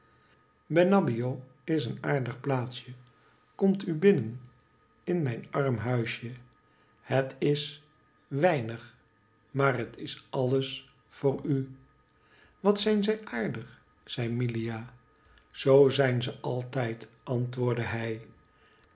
benabbio is een aardig plaatsje komt u binnen in mijn arme huisje het is weinig maar het is alles voor u wat zijn ze aardig zei milia zoo zijn ze altijd antwoordde hij